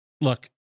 look